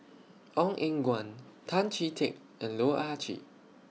Ong Eng Guan Tan Chee Teck and Loh Ah Chee